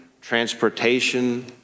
transportation